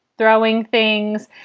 throwing things.